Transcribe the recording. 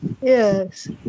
Yes